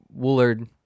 Woolard